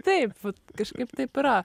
taip kažkaip taip yra